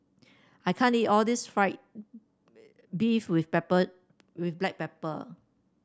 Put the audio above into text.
I can't eat all this fried beef with pepper with Black Pepper